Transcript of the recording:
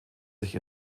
sich